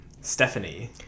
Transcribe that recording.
Stephanie